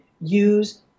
use